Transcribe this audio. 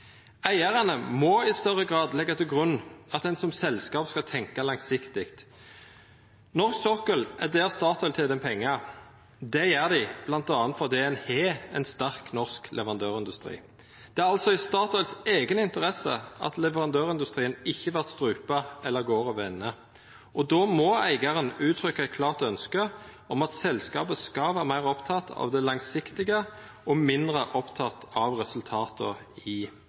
Eigarane må i større grad leggja til grunn at ein som selskap skal tenkja langsiktig. Norsk sokkel er der Statoil tener pengar. Det gjer dei bl.a. fordi ein har ein sterk norsk leverandørindustri. Det er altså i Statoil si eiga interesse at leverandørindustrien ikkje vert strupa eller går over ende. Då må eigaren uttrykkja eit klart ønske om at selskapet skal vera meir oppteke av det langsiktige og mindre oppteke av resultata i